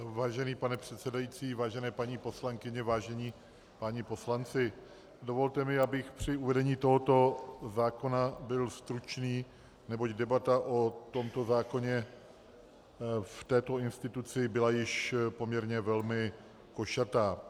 Vážený pane předsedající, vážené paní poslankyně, vážení páni poslanci, dovolte mi, abych při uvedení tohoto zákona byl stručný, neboť debata o tomto zákoně v této instituci byla již poměrně velmi košatá.